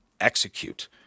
execute